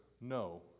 no